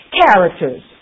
characters